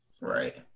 Right